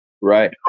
Right